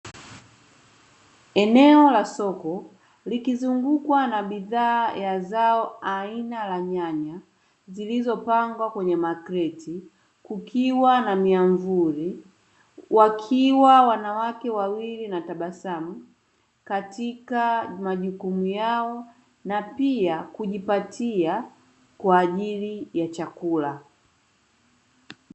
Eneoa la soko likizungukwa na bidhaa ya zao aina la nyanya zilizopangwa kwenye makreti kukiwa na miavuli, wakiwa wanawake wawili na tabasamu katika majukumu yao na pia kujipatia kwa ajili ya chakula.